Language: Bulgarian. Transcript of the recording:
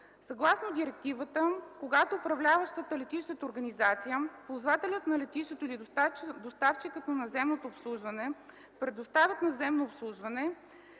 Съгласно директивата, когато управляващата летището организация, ползвателят на летището или доставчикът на наземното обслужване предоставят наземно обслужване,